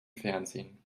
fernsehen